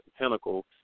pinnacle